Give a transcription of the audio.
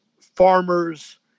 farmers